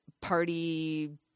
party